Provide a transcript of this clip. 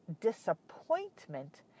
disappointment